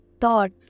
thought